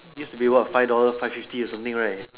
used to be what five dollar five fifty or something right